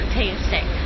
tasting